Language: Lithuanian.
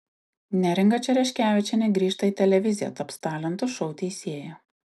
neringa čereškevičienė grįžta į televiziją taps talentų šou teisėja